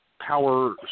power